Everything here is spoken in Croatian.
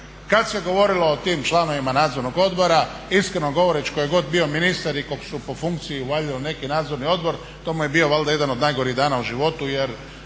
kad se govorilo o tim članovima nadzornog odbora iskreno govoreći tko je god bio ministar i kog su po funkciji uvaljali u neki nadzorni odbor to mu je bio valjda jedan od najgorih dana u životu